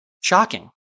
Shocking